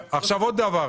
עוד דבר,